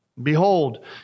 Behold